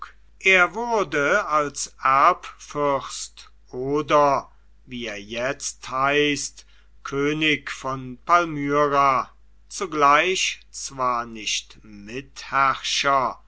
er wurde als erbfürst oder wie er jetzt heißt könig von palmyra zugleich zwar nicht mitherrscher